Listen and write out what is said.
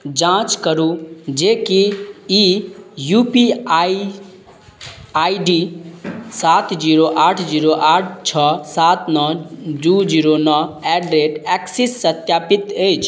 जाँच करू जे कि ई U P I I D सात जीरो आठ जीरो आठ छओ सात नओ दुइ जीरो नओ एट रेट एक्सिस सत्यापित अछि